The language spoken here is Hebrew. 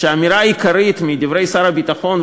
שהאמירה העיקרית בדברי שר הביטחון,